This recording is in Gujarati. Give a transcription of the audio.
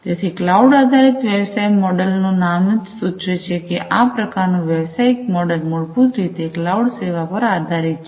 તેથી ક્લાઉડ આધારિત વ્યવસાય મોડેલ નું નામ જ સૂચવે છે કે આ પ્રકારનું વ્યવસાયિક મોડેલ મૂળભૂત રીતે ક્લાઉડ સેવા ઉપર આધારિત છે